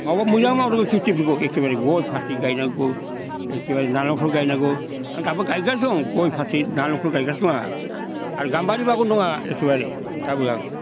मावब्ला मोजां मावनांगौ खेथिफोरखौ एखेबारे गय फाथै गायनांगौ एखेबारे नालेंखर गायनांगौ आं दाबो गायगासिनो दं गय फाथै नालेंखर गायगासिनो दं आंहा आरो गामबारि बागान दं आंहा एखेबारे दाबो आं